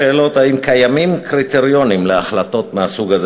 השאלות: 1. האם קיימים קריטריונים להחלטות מהסוג הזה?